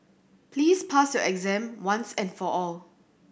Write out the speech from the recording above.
please pass your exam once and for all